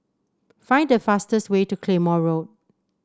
find the fastest way to Claymore Road